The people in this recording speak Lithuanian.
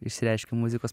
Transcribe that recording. išsireiškia muzikos